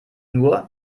nur